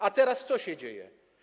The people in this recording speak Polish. A teraz co się dzieje?